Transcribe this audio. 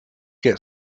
get